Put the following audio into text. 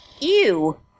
Ew